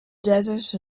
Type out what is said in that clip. desert